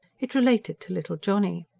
it related to little johnny.